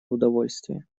удовольствие